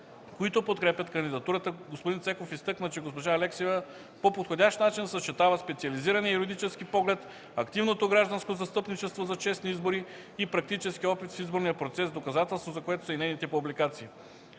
които подкрепят кандидатурата, господин Цеков изтъкна, че госпожа Алексиева по подходящ начин съчетава специализирания юридически поглед, активното гражданско застъпничество за честни избори и практическия опит в изборния процес, доказателство за което са и нейните публикации.